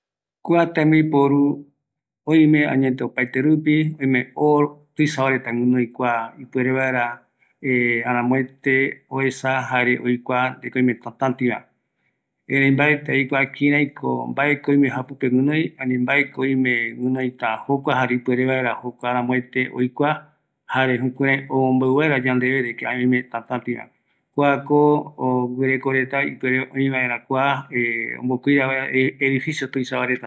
Kua tembiporuraɨ, jaeko oikua vaera öimeko tatativa, kua oikuarupie jäjë oikuauka vaera, öi jokoropi oiva retape, jare kua öime o tuisavaretare oñeñono